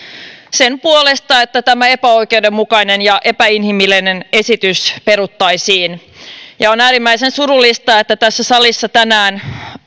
sen puolesta että tämä epäoikeudenmukainen ja epäinhimillinen esitys peruttaisiin on äärimmäisen surullista että tässä salissa tänään